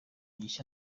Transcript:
gishya